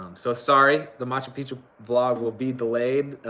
um so sorry, the machu picchu vlog will be delayed